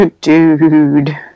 dude